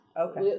Okay